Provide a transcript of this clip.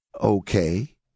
okay